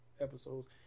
Episodes